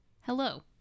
hello